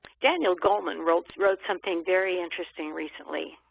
daniel goleman wrote wrote something very interesting recently.